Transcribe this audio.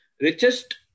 richest